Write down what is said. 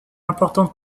importante